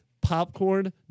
Popcorn